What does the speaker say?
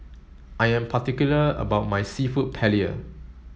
I am particular about my Seafood Paella